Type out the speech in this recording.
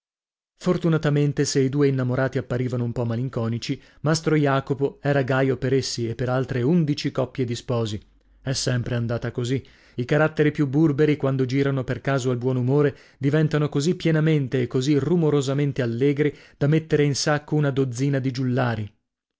fortunatamente se i due innamorati apparivano un po malinconici mastro jacopo era gaio per essi e per altre undici coppie di sposi è sempre andata così i caratteri più burberi quando girano per caso al buon umore diventano così pienamente e così rumorosamente allegri da mettere in sacco una dozzina di giullari